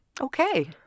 Okay